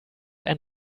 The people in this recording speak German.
ein